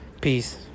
Peace